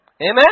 Amen